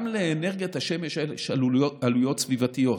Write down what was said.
גם לאנרגיית השמש יש עלויות סביבתיות,